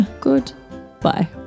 Goodbye